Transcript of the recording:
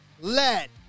let